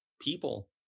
people